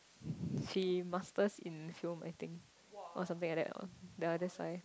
she masters in film I think or something like that ya that's why